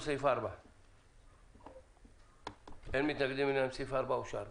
סעיף 4 נתקבל אין מתנגדים, סעיף 4 אושר.